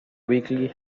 weekly